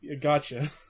Gotcha